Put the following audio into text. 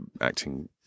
acting